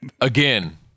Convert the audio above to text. Again